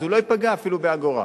ואז הוא לא ייפגע אפילו באגורה.